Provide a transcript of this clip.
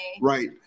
Right